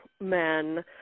men